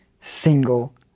single